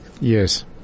Yes